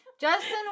Justin